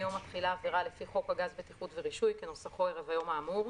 יום התחילה עבירה לפי חוק הגז (בטיחות ורישוי) כנוסחו ערב היום האמור,